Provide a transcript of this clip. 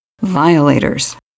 Violators